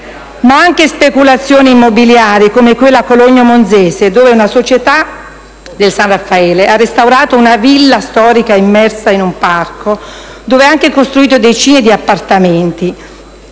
Ma anche speculazioni immobiliari come quella a Cologno Monzese dove una società del San Raffaele ha restaurato una villa storica immersa in un parco dove ha anche costruito decine di appartamenti.